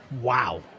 Wow